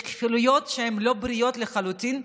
יש כפילויות שהן לא בריאות לחלוטין,